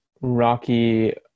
Rocky